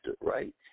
right